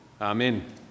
Amen